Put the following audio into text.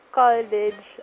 college